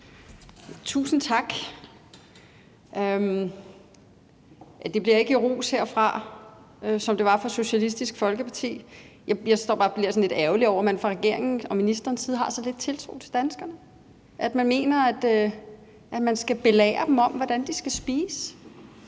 Tusind tak. Der bliver ingen ros herfra, sådan som der var fra Socialistisk Folkeparti. Jeg står bare og bliver sådan lidt ærgerlig over, at man fra regeringens og ministerens side har så lidt tiltro til danskerne, at man mener, at man skal belære dem om, hvordan de skal spise.